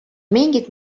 mingit